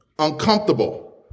Uncomfortable